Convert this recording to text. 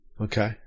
okay